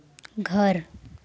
घर